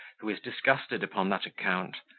who is disgusted upon that account,